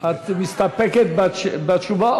--- את מסתפקת בתשובה,